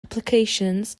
applications